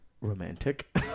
romantic